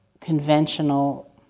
conventional